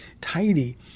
tidy